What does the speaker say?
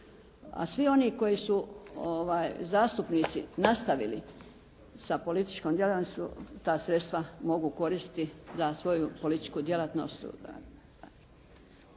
a svi oni koji su zastupnici nastavili sa političkim djelovanjem ta sredstva mogu koristiti za svoju političku djelatnost.